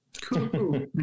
Cool